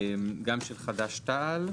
גם של חד"ש-תע"ל.